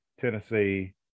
Tennessee